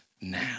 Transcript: now